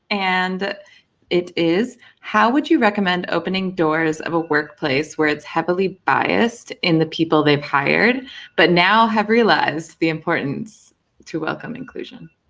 and it is how would you recommend opening doors of a workplace where it's heavily biased in the people they've hired but now have realised the importance to welcome inclusion?